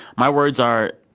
my words are,